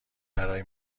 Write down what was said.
برای